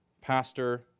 pastor